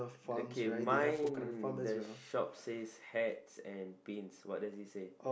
okay mine the shop says hats and pins